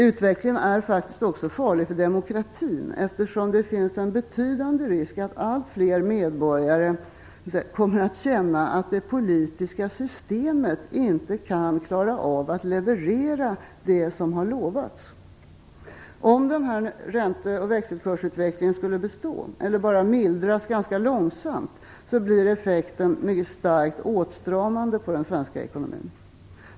Utvecklingen är faktiskt också farlig för demokratin, eftersom det finns en betydande risk att allt fler medborgare kommer att känna att det politiska systemet inte kan klara av att leverera det som har lovats. Om denna ränte och växelkursutveckling skulle bestå eller bara mildras ganska långsamt, blir effekten mycket starkt åtstramande på den svenska ekonomin.